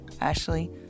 Ashley